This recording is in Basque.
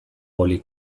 boli